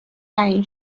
تعیین